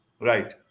Right